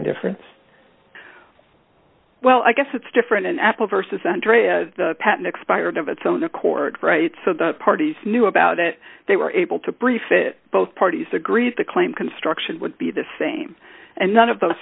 a difference well i guess it's different an apple versus android patent expired of its own accord right so the parties knew about it they were able to brief it both parties agreed the claim construction would be the same and none of those